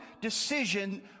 decision